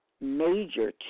major